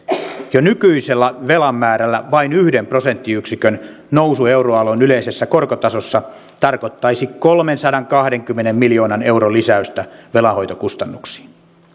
jo nykyisellä velan määrällä vain yhden prosenttiyksikön nousu euroalueen yleisessä korkotasossa tarkoittaisi kolmensadankahdenkymmenen miljoonan euron lisäystä velanhoitokustannuksiin